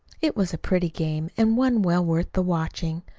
it was a pretty game and one well worth the watching.